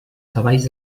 cavalls